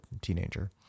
teenager